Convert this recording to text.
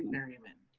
ferryman.